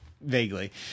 Vaguely